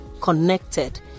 connected